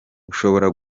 ushobora